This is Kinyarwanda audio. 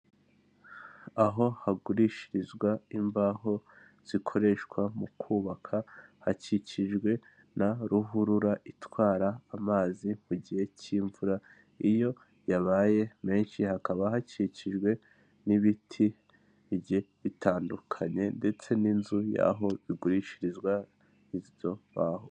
Aho hagurishirizwa imbaho zikoreshwa mu kubaka hakikijwe na ruhurura itwara amazi mu gihe k'imvura iyo yabaye menshi, hakaba hakikijwe n'ibiti bigiye bitandukanye ndetse n'inzu y'aho igurishirizwa izo mbaho.